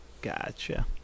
Gotcha